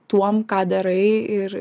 tuom ką darai ir